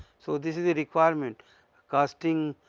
so, this is the requirement costing